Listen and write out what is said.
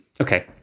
Okay